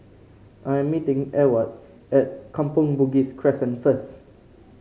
I'm meeting Ewart at Kampong Bugis Crescent first